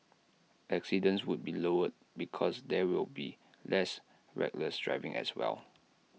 accidents would be lowered because there will be less reckless driving as well